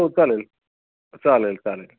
हो चालेल चालेल चालेल